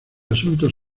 asuntos